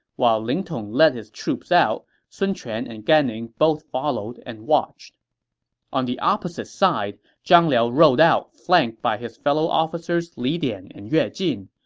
while ling tong led his troops out, sun quan and gan ning both followed and watched on the opposite side, zhang liao rode out, flanked by his fellow officers li dian and yue jin.